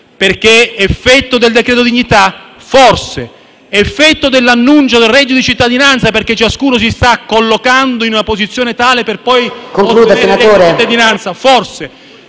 cento. Effetto del decreto dignità? Forse. Effetto dell'annuncio del reddito di cittadinanza, perché ciascuno si sta collocando in una posizione tale per poi ottenere il reddito di cittadinanza? Forse.